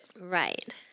Right